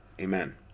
amen